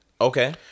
Okay